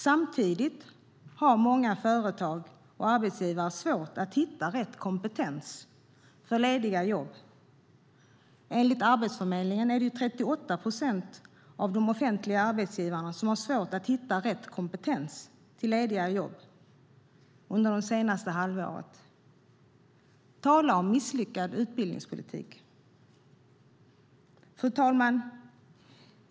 Samtidigt har många företag och arbetsgivare svårt att hitta rätt kompetens till lediga jobb. Enligt Arbetsförmedlingen har 38 procent av de offentliga arbetsgivarna under det senaste halvåret haft svårt att hitta rätt kompetens till lediga jobb. Tala om misslyckad utbildningspolitik. Fru talman!